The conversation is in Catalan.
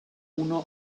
una